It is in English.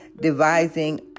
devising